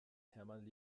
hermann